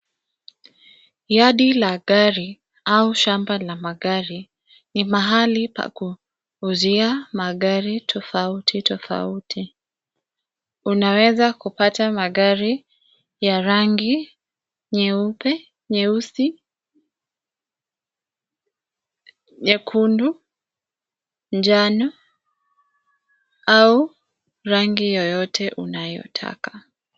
Yadi la gari au shamba la magari ni mahali pa kuuzia magari tofauti tofauti. Unaweza kupata magari ya rangi nyeupe, nyeusi, nyekundu, njano au rangi yeyote unayotaka.